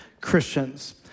Christians